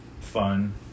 fun